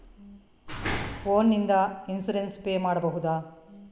Phone ನಿಂದ insurance pay ಮಾಡಬಹುದ?